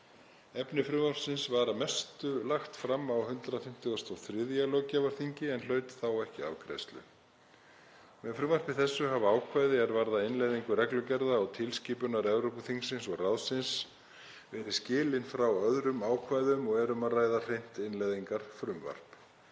Efni frumvarpsins var að mestu lagt fram á 153. löggjafarþingi en hlaut þá ekki afgreiðslu. Með frumvarpi þessu hafa ákvæði er varða innleiðingu reglugerða og tilskipunar Evrópuþingsins og ráðsins verið skilin frá öðrum ákvæðum og er um að ræða hreint innleiðingarfrumvarp.